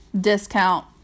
discount